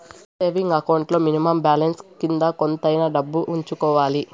saving account లో minimum balance కింద కొంతైనా డబ్బు ఉంచుకోవాలి